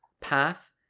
path